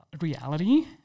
reality